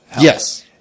Yes